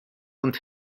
und